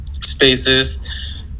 spaces